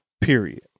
period